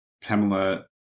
Pamela